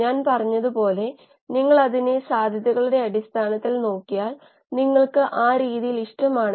നമ്മൾ KLa കണ്ടു ഇത് ഒരു പ്രധാന സ്കെയിൽ അപ്പ് പാരാമീറ്റർ കൂടിയാണ്